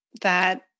that-